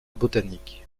botanique